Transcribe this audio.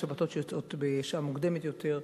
בשבתות שיוצאות בשעה מוקדמת יותר,